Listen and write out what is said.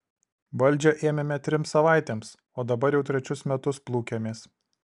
valdžią ėmėme trims savaitėms o dabar jau trečius metus plūkiamės